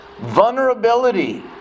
vulnerability